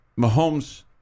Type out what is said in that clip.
Mahomes